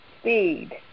speed